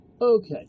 Okay